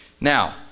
Now